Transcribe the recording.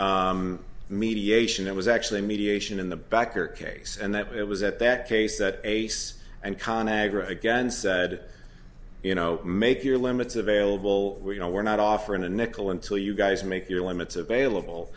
march mediation it was actually mediation in the back or case and that it was at that case that ace and con agra again said you know make your limits available you know we're not offering a nickel until you guys make your limits available